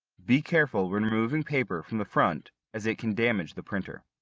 be careful when removing paper from the front, as it can damage the printer.